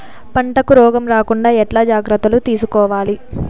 పంటకు రోగం రాకుండా ఎట్లా జాగ్రత్తలు తీసుకోవాలి?